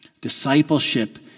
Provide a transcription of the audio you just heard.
Discipleship